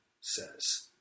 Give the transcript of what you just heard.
says